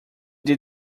did